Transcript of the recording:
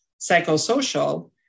psychosocial